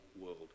world